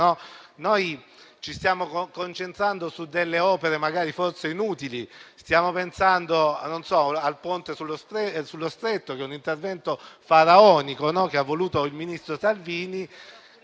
Ci stiamo concentrando su delle opere, magari inutili, come il Ponte sullo Stretto, che è un intervento faraonico che ha voluto il ministro Salvini,